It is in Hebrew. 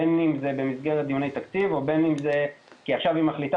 ובין אם זה במסגרת דיוני תקציב בין אם זה שעכשיו היא מחליטה